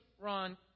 Ron